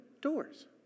doors